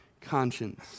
conscience